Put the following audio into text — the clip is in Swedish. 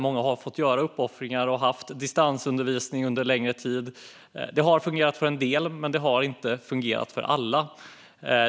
Många har fått göra uppoffringar och har haft distansundervisning under längre tid. Det har fungerat för en del, men inte för alla.